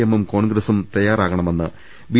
എമ്മും കോൺഗ്രസും തയ്യാറാകണമെന്ന് ബി